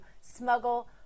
smuggle